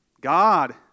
God